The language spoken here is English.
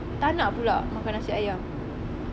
tak nak pula makan nasi ayam